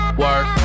work